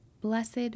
Blessed